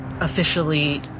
officially